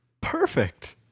perfect